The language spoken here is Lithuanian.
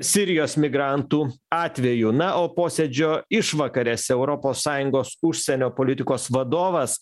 sirijos migrantų atveju na o posėdžio išvakarėse europos sąjungos užsienio politikos vadovas